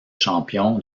champion